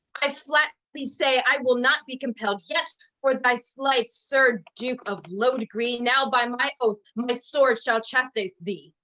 i flatly say i will not be compelled! yet for thy slights, sir duke of low degree, now by my oath, my sword shall chastise thee.